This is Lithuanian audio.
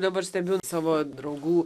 dabar stebiu savo draugų